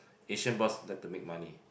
Asian boss tend to make money